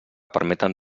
permeten